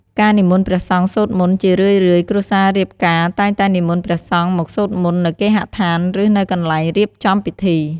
ការនិមន្តព្រះសង្ឃសូត្រមន្ត ជារឿយៗ គ្រួសាររៀបការតែងតែនិមន្តព្រះសង្ឃមកសូត្រមន្តនៅគេហដ្ឋាន ឬនៅកន្លែងរៀបចំពិធី។